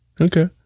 Okay